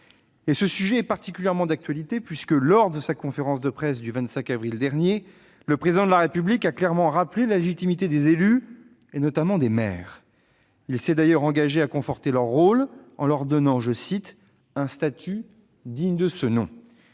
». Ce sujet est particulièrement d'actualité, puisque, lors de sa conférence de presse du 25 avril dernier, le Président de la République a clairement rappelé la légitimité des élus, et notamment des maires. Il s'est d'ailleurs engagé à conforter leur rôle, en leur donnant un « statut digne de ce nom ».